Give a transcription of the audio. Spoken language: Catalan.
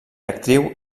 actriu